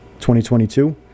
2022